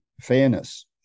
fairness